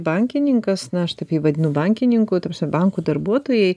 bankininkas na aš taip jį vadinu bankininku ta prasme bankų darbuotojai